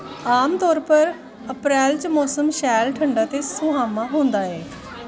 आमतौर पर अप्रैल च मौसम शैल ठंडा ते सुहामा होंदा ऐ